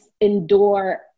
endure